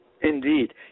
Indeed